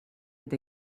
eta